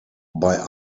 bei